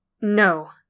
No